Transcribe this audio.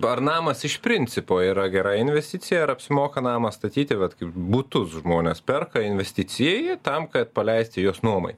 ar namas iš principo yra gera investicija ar apsimoka namą statyti vat kaip butus žmonės perka investicijai tam kad paleisti juos nuomai